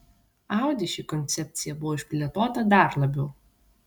audi ši koncepcija buvo išplėtota dar labiau